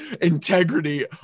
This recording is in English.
integrity